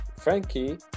Frankie